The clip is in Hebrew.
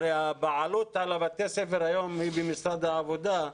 הרי הבעלות על בתי הספר היום היא במשרד העבודה,